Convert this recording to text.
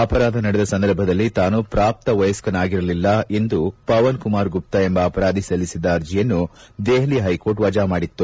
ಅಪರಾಧ ನಡೆದ ಸಂದರ್ಭದಲ್ಲಿ ತಾನು ಪ್ರಾಪ್ತವಯಸ್ಥನಾಗಿರಲಿಲ್ಲ ಎಂದು ಪವನ್ ಕುಮಾರ್ ಗುಪ್ತಾ ಎಂಬ ಅಪರಾಧಿ ಸಲ್ಲಿಸಿದ್ದ ಅರ್ಜಿಯನ್ನು ದೆಹಲಿ ಹೈಕೋರ್ಟ್ ವಜಾ ಮಾಡಿತ್ತು